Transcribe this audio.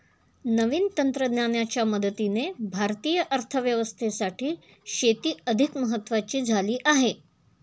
नवीन तंत्रज्ञानाच्या मदतीने भारतीय अर्थव्यवस्थेसाठी शेती अधिक महत्वाची झाली आहे